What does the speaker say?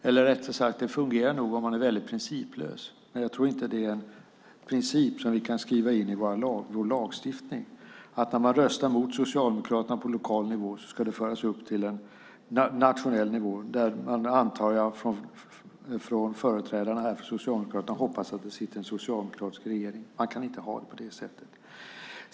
Eller rättare sagt fungerar det nog om man är väldigt principlös, men jag tror inte att det är en princip som vi kan skriva in i vår lagstiftning att när man röstar emot Socialdemokraterna på lokal nivå ska det föras upp till nationell nivå där man, antar jag, från företrädarna för Socialdemokraterna här hoppas att det sitter en socialdemokratisk regering. Man kan inte ha det på det sättet.